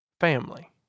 family